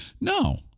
No